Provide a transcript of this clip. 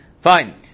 Fine